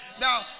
Now